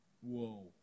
Whoa